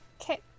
Okay